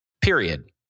Period